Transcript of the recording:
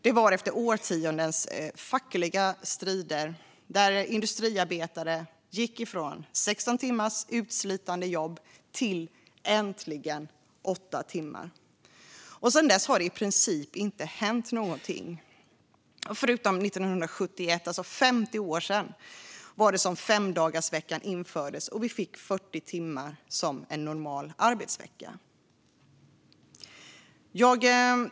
Det skedde efter årtionden av fackliga strider, och industriarbetare gick då från 16 timmars utslitande jobb till 8 timmars - äntligen. Sedan dess har det i princip inte hänt någonting, förutom 1971 - det är alltså 50 år sedan - då femdagarsveckan infördes och en normal arbetsvecka blev 40 timmar lång.